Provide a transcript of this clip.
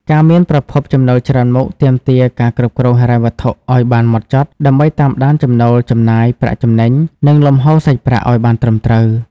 ការមានប្រភពចំណូលច្រើនមុខទាមទារការគ្រប់គ្រងហិរញ្ញវត្ថុឱ្យបានម៉ត់ចត់ ដើម្បីតាមដានចំណូល ចំណាយ ប្រាក់ចំណេញ និងលំហូរសាច់ប្រាក់ឱ្យបានត្រឹមត្រូវ។